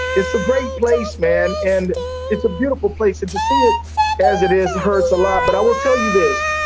it's a great place, man. and it's a beautiful place. and to see it as it is hurts a lot. but i will tell you this.